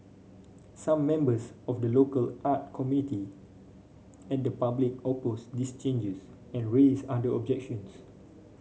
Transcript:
some members of the local art community and the public opposed these changes and raised other objections